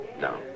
No